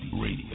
Radio